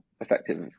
effective